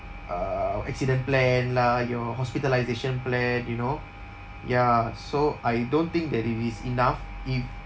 uh accident plan lah your hospitalisation plan you know ya so I don't think that it is enough if